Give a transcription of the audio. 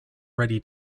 ready